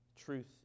Truth